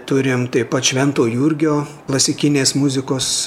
turim taip pat švento jurgio klasikinės muzikos